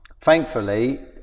Thankfully